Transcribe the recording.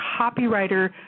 copywriter